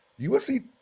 USC